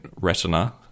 Retina